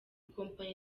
kompanyi